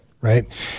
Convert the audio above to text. right